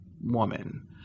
woman